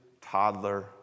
toddler